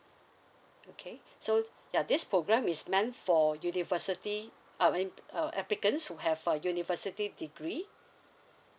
okay so ya this program is meant for university uh M uh applicants who have for a university degree